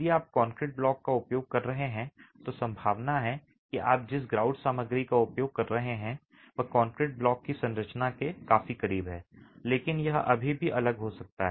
यदि आप concrete block का उपयोग कर रहे हैं तो संभावना है कि आप जिस ग्राउट सामग्री का उपयोग कर रहे हैं वह कंक्रीट ब्लॉक की संरचना के काफी करीब है लेकिन यह अभी भी अलग हो सकता है